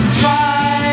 try